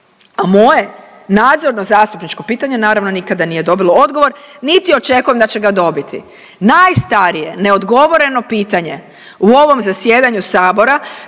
a moje nadzorno zastupničko pitanje, naravno, nikada nije dobilo odgovor niti očekujem da će ga dobiti. Najstarije neodgovoreno pitanje u ovom zasjedanju Sabora